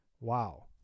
Wow